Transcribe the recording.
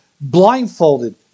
blindfolded